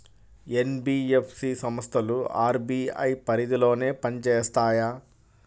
NBFC సంస్థలు RBI పరిధిలోనే పని చేస్తాయా?